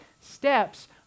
steps